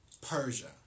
Persia